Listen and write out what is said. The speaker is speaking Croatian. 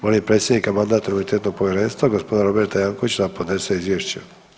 Molim predsjednika Mandatno-imunitetnog povjerenstva gospodina Roberta Jankovića da podnese izvješće.